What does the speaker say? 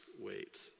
wait